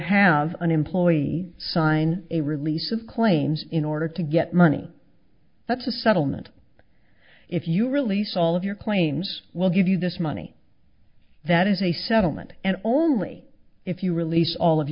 have an employee sign a release of claims in order to get money that's a settlement if you release all of your claims we'll give you this money that is a settlement and only if you release all of